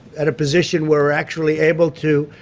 at a position we're actually able to,